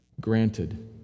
Granted